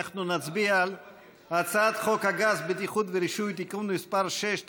אנחנו נצביע על הצעת חוק הגז (בטיחות ורישוי) (תיקון מס' 6),